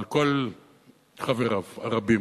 על כל חבריו הרבים,